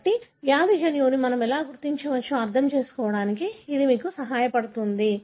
కాబట్టి వ్యాధి జన్యువును మనము ఎలా గుర్తించవచ్చో అర్థం చేసుకోవడానికి ఇది మీకు సహాయపడుతుంది